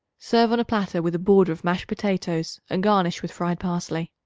serve on a platter with a border of mashed potatoes and garnish with fried parsley.